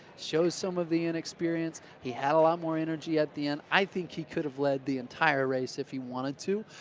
shows some of the inexperience, he had a lot more energy at the end, i think he could have led the entire race if he wanted to,